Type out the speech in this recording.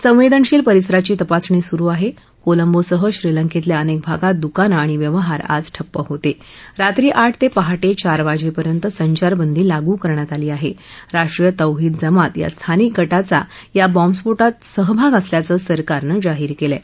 संवद्धिशील परिसराची तपासणी सुरु आहकोलंबोसह श्रीलंक्तिल्या अनक्र भागात दुकानं आणि व्यवहार आज ठप्प होत शत्री आठ तप्रिहाट ज्ञार वाजर्खित संचारबंदी लागू करण्यात आली आह शष्ट्रीय तौहीद जमात या स्थानिक गटाचा या बॉम्बस्फोटात सहभाग असल्याचं सरकारनं जाहीर क्लिय